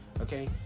okay